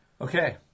Okay